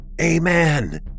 Amen